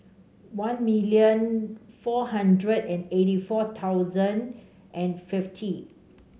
one million four hundred and eighty four thousand and fifty